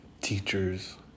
Teachers